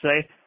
say